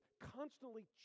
constantly